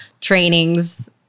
trainings